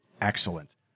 Excellent